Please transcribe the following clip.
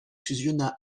fusionna